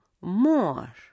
more